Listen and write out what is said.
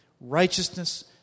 righteousness